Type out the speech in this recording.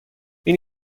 این